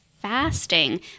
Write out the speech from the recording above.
fasting